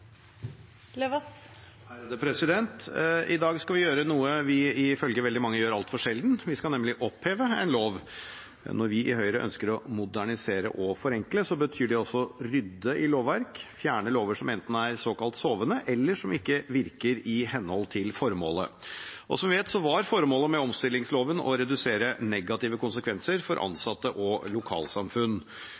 I dag skal vi gjøre noe vi ifølge veldig mange gjør altfor sjelden, vi skal nemlig oppheve en lov. Når vi i Høyre ønsker å modernisere og forenkle, betyr det også å rydde i lovverk og fjerne lover som enten er såkalt sovende, eller som ikke virker i henhold til formålet. Som vi vet, var formålet med omstillingsloven å redusere negative konsekvenser for ansatte og lokalsamfunn